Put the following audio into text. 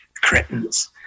cretins